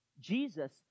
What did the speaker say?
Jesus